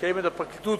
שקיימת בפרקליטות,